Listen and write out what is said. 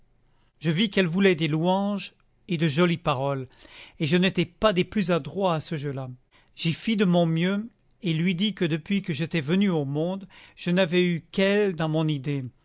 je vis qu'elle voulait des louanges et de jolies paroles et je n'étais pas des plus adroits à ce jeu-là j'y fis de mon mieux et lui dis que depuis que j'étais venu au monde je n'avais eu qu'elle dans mon idée